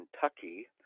Kentucky